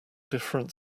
different